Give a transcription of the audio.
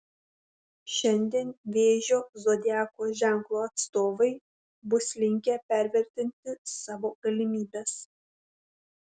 šiandien vėžio zodiako ženklo atstovai bus linkę pervertinti savo galimybes